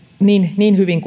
niin niin hyvin